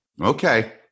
Okay